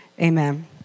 amen